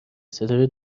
ستاره